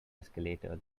escalator